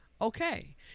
okay